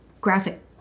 graphic